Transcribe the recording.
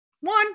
one